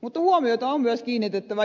mutta huomiota on myös kiinnitettävä johtamiseen työpaikoilla